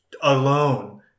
alone